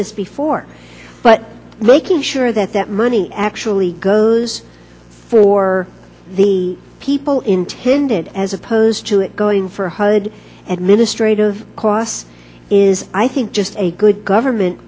this before but making sure that that money actually goes for the people intended as opposed to it going for hud administrative costs is i think just a good government